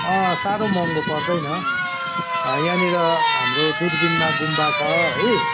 अँ साह्रो महँगो पर्दैन यहाँनिर हाम्रो दुर्बिनमा गुम्बा छ है